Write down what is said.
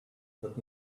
but